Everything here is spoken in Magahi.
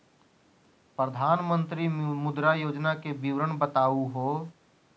प्रधानमंत्री मुद्रा योजना के विवरण बताहु हो?